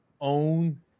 own